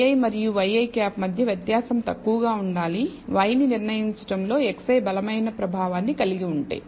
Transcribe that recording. yi మరియు ŷi మధ్య వ్యత్యాసం తక్కువగా ఉండాలి y ని నిర్ణయించడంలో xi బలమైన ప్రభావాన్ని కలిగి ఉంటే